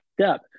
step